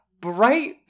bright